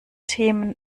themen